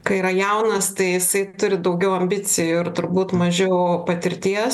kai yra jaunas tai jisai turi daugiau ambicijų ir turbūt mažiau patirties